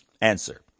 Answer